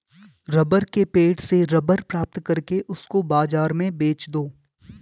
rubber के पेड़ से रबर प्राप्त करके उसको बाजार में बेच दो